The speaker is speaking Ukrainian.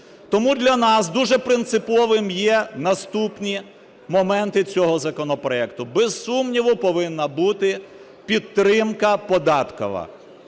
Тому для нас дуже принциповим є наступні моменти цього законопроекту. Без сумніву, повинна бути підтримка податкова,